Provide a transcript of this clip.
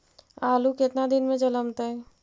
आलू केतना दिन में जलमतइ?